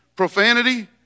profanity